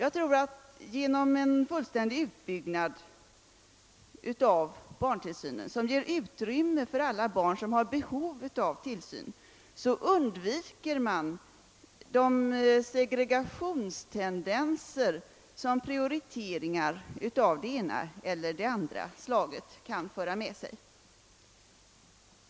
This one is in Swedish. Genom en fullständig utbyggnad av barntillsynen som ger utrymme för alla barn med behov av tillsyn undviker man de segregationstendenser som prioriteringar av det ena eller andra slaget kan föra med sig.